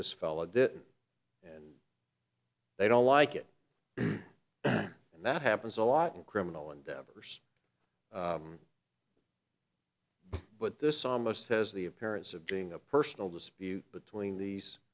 this fellow did they don't like it and that happens a lot in criminal endeavors but this almost has the appearance of being a personal dispute between these